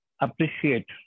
appreciate